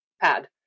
pad